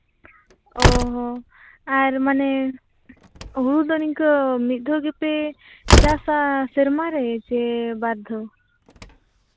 ᱚ ᱦᱚᱸ ᱟᱨ ᱢᱟᱱᱮ ᱦᱩᱲᱩ ᱫᱚ ᱱᱤᱝᱠᱟᱹ ᱢᱤᱫ ᱫᱷᱟᱣ ᱜᱮᱯᱮ ᱪᱟᱥᱼᱟ ᱥᱮᱨᱢᱟ ᱨᱮ ᱥᱮ ᱵᱟᱨ ᱫᱷᱟᱣ